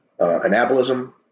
anabolism